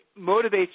motivates